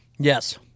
Yes